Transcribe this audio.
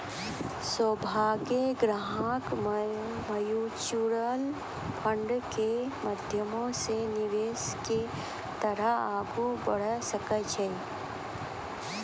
सभ्भे ग्राहक म्युचुअल फंडो के माध्यमो से निवेश के तरफ आगू बढ़ै सकै छै